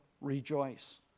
rejoice